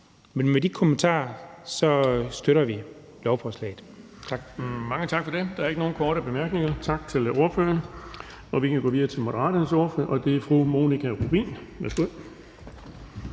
Med de kommentarer støtter vi lovforslaget.